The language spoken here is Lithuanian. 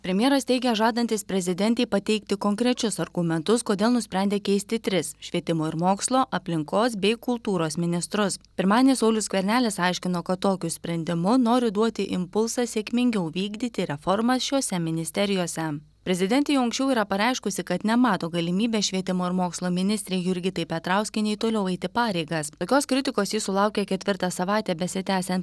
premjeras teigė žadantis prezidentei pateikti konkrečius argumentus kodėl nusprendė keisti tris švietimo ir mokslo aplinkos bei kultūros ministrus pirmadienį saulius skvernelis aiškino kad tokiu sprendimu nori duoti impulsą sėkmingiau vykdyti reformas šiose ministerijose prezidentė jau anksčiau yra pareiškusi kad nemato galimybės švietimo ir mokslo ministrei jurgitai petrauskienei toliau eiti pareigas tokios kritikos ji sulaukė ketvirtą savaitę besitęsiant